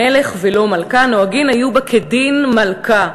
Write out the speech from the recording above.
מלך ולא מלכה, נוהגין היו בה כדין מלכה.